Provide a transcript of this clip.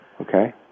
Okay